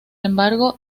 embargo